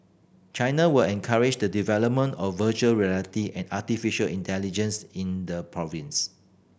China will encourage the development of virtual reality and artificial intelligence in the province